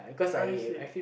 I see